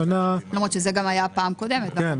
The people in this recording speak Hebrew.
למרות שזה גם היה בפעם הקודמת.